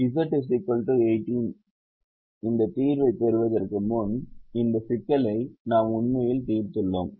Z 18 இன் இந்த தீர்வைப் பெறுவதற்கு முன்னர் இந்த சிக்கலை நாம் உண்மையில் தீர்த்துள்ளோம்